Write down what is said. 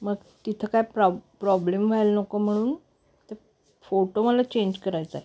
मग तिथं काय प्रॉब् प्रॉब्लेम व्हायला नको म्हणून ते फोटो मला चेंज करायचा आहे